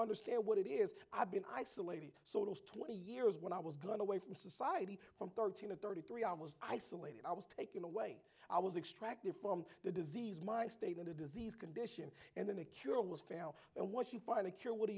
understand what it is i've been isolated so those twenty years when i was going away from society from thirty to thirty three i was isolated i was taken away i was extracted from the disease my statement a disease condition and then a cure was found and once you find a cure what do